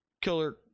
killer